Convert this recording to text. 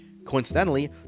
Coincidentally